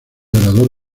orador